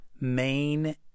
main